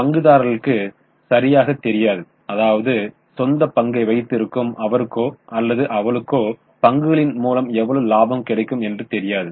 பங்குதாரர்களுக்கு சரியாக தெரியாது அதாவது சொந்த பங்கை வைத்து இருக்கும் அவருக்கோ அல்லது அவளுக்கோ பங்குகளின் மூலம் எவ்வளவு இலாபம் கிடைக்கும் என்று தெரியாது